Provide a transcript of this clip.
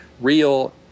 real